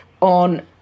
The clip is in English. on